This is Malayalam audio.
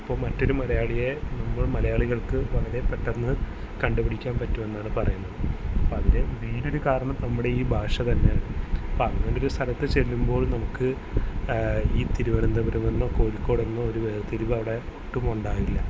ഇപ്പോള് മറ്റൊരു മലയാളിയെ നമ്മൾ മലയാളികൾക്ക് വളരെ പെട്ടെന്ന് കണ്ടുപിടിക്കാൻ പറ്റുമെന്നാണ് പറയുന്നത് അപ്പോള് അതിലെ മെയിനൊരു കാരണം നമ്മുടെയീ ഭാഷ തന്നെയാണ് അങ്ങനൊരു സ്ഥലത്ത് ചെല്ലുമ്പോൾ നമുക്ക് ഈ തിരുവനന്തപുരമെന്നോ കോഴിക്കോടെന്നോ ഒരു വേർതിരിവവിടെ ഒട്ടും ഉണ്ടാവില്ല